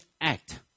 Act